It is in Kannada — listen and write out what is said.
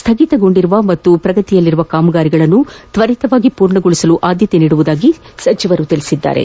ಸ್ಥಗಿತಗೊಂಡಿರುವ ಪಾಗೂ ಚಾಲನೆಯಲ್ಲಿರುವ ಕಾಮಗಾರಿಗಳನ್ನು ತ್ವರಿತವಾಗಿ ಪೂರ್ಣಗೊಳಿಸಲು ಆದ್ಯತೆ ನೀಡುವುದಾಗಿ ಸಚಿವರು ತಿಳಿಸಿದರು